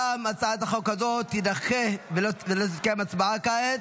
גם הצעת החוק הזאת תידחה ולא תתקיים הצבעה כעת.